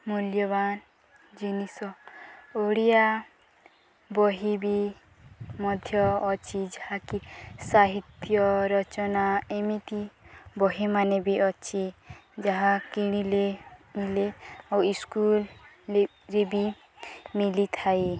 ମୂଲ୍ୟବାନ ଜିନିଷ ଓଡ଼ିଆ ବହି ବି ମଧ୍ୟ ଅଛି ଯାହାକି ସାହିତ୍ୟ ରଚନା ଏମିତି ବହିମାନେ ବି ଅଛି ଯାହା କିଣିଲେ ମିଳେ ଆଉ ଇସ୍କୁଲ ବି ମିଳିଥାଏ